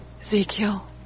Ezekiel